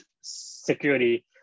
security